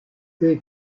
thé